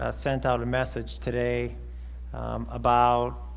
ah sent out a message today about